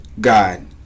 God